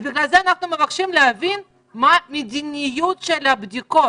בגלל זה אנחנו מבקשים להבין מה מדיניות הבדיקות